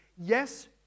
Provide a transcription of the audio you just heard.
yes